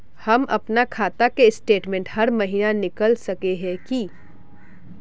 हम अपना खाता के स्टेटमेंट हर महीना निकल सके है की?